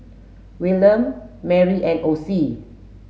Wilhelm Marry and Ossie